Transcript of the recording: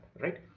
right